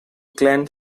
clan